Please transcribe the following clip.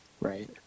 Right